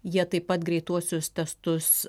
jie taip pat greituosius testus